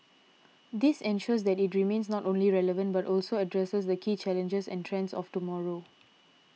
this ensures that it remains not only relevant but also addresses the key challenges and trends of tomorrow